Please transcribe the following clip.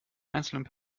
einzelnen